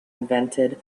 invented